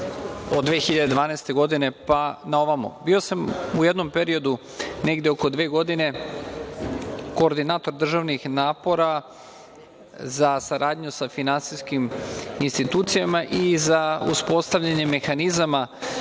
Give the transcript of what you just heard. od 2012. godine pa na ovamo. Bio sam u jednom periodu, negde oko dve godine, koordinator državnih napora za saradnju sa finansijskim institucijama i za uspostavljanje mehanizama